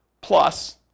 Plus